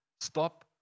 stop